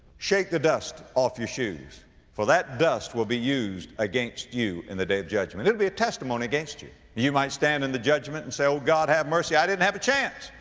shake the dust off your shoes for that dust will be used against you in the day of judgment. it'll be a testimony against you. you might stand in the judgment and say, oh god, have mercy. i didn't have a chance.